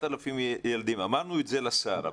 אמרנו את זה לשר.